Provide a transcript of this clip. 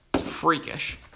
freakish